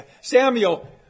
Samuel